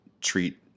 treat